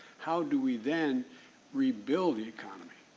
how do we then rebuild the economy?